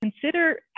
Consider